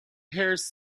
pairs